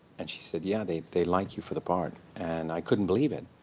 and she said, yeah. they they like you for the part. and i couldn't believe it.